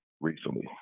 recently